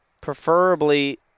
preferably